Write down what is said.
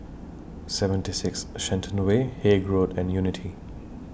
seventy six Shenton Way Haig Road and Unity